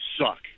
suck